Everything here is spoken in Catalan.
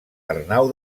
arnau